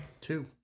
Two